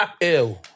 Ew